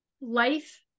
life